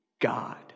God